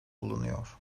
bulunuyor